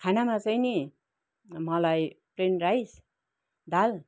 खानामा चाहिँ नि मलाई प्लेन राइस दाल